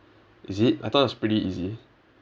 is it I thought it was pretty easy